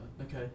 okay